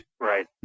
Right